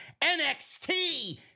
NXT